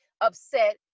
upset